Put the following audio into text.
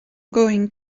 going